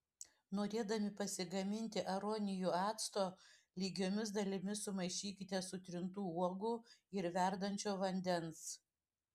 norėdami pasigaminti aronijų acto lygiomis dalimis sumaišykite sutrintų uogų ir verdančio vandens